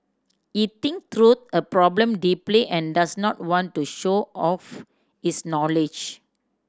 he think through a problem deeply and does not want to show off his knowledge